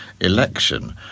election